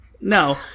No